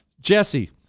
Jesse